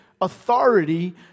authority